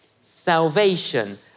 salvation